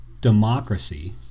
democracy